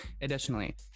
Additionally